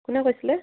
কোনে কৈছিলে